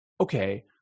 okay